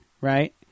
right